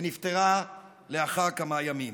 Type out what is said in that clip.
ונפטרה לאחר כמה ימים.